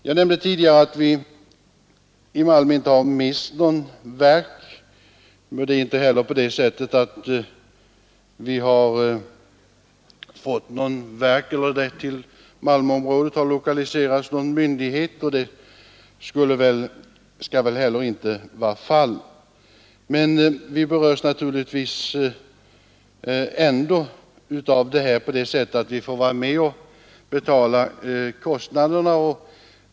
Jag nämnde tidigare att vi i Malmö inte har mist något verk. Inte heller har något verk eller någon myndighet lokaliserats till Malmöområdet, och så borde väl inte heller ha varit fallet. Men vi berörs naturligtvis ändå av detta genom att vi får vara med och betala kostnaderna.